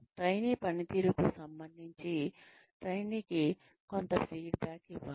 trainee పనితీరుకు సంబంధించి ట్రైనీకి కొంత ఫీడ్బ్యాక్ ఇవ్వాలి